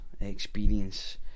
experience